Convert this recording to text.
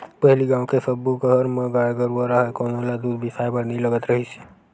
पहिली गाँव के सब्बो घर म गाय गरूवा राहय कोनो ल दूद बिसाए बर नइ लगत रिहिस